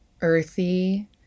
earthy